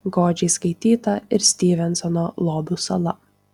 godžiai skaityta ir styvensono lobių sala